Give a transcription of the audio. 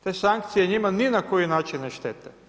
Te sankcije, njima, ni na koji način ne štete.